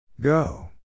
Go